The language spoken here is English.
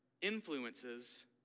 influences